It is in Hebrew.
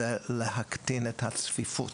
היא להקטין את הצפיפות,